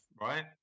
right